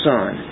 Son